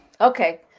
Okay